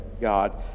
God